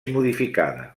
modificada